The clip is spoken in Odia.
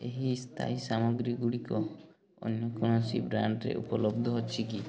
ଏହି ସ୍ଥାୟୀ ସାମଗ୍ରୀଗୁଡ଼ିକ ଅନ୍ୟ କୌଣସି ବ୍ରାଣ୍ଡ୍ରେ ଉପଲବ୍ଧ ଅଛି କି